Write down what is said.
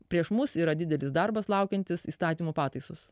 prieš mus yra didelis darbas laukiantis įstatymų pataisos